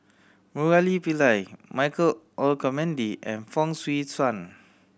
Murali Pillai Michael Olcomendy and Fong Swee Suan